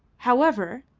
however,